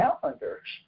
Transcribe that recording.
calendars